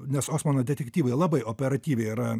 nes osmano detektyvai labai operatyviai yra